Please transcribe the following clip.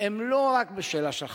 הן לא רק בשאלה של החקירה.